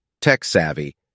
tech-savvy